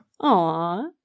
Aw